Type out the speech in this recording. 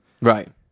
right